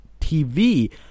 tv